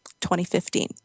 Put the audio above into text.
2015